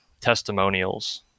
testimonials